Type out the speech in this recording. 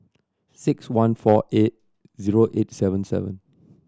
six one four eight zero eight seven seven